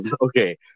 okay